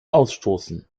ausstoßen